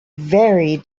very